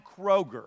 Kroger